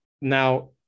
Now